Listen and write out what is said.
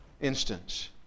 instance